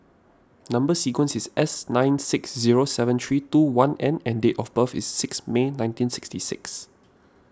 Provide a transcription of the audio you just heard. Number Sequence is S nine six zero seven three two one N and date of birth is six May nineteen sixty six